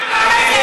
למה?